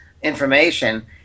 information